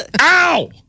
Ow